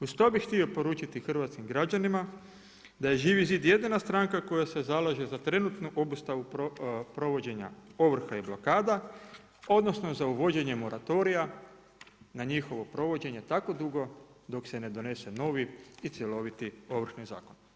Uz to bih htio poručiti hrvatskim građanima da je Živi zid jedina stranka koja se zalaže za trenutnu obustavu provođenja ovrha i blokada, odnosno za uvođenje moratorija na njihovo provođenje tako dugo dok se ne donese novi i cjeloviti Ovršni zakon.